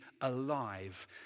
alive